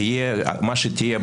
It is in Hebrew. תהיה מה שתהיה,